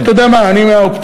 אתה יודע מה, אני מהאופטימים.